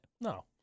No